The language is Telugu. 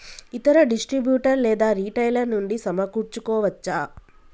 ఇతర డిస్ట్రిబ్యూటర్ లేదా రిటైలర్ నుండి సమకూర్చుకోవచ్చా?